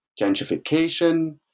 gentrification